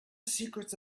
secrets